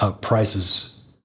prices